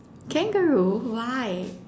kangaroo why